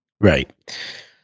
Right